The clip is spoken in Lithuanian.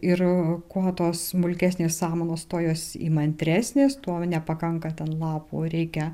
ir kuo tos smulkesnės samanos to jos įmantresnės to nepakanka ten lapų reikia